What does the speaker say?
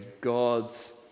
God's